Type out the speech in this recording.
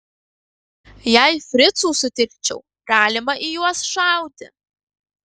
jei fricų sutikčiau galima į juos šauti